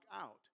out